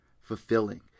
fulfilling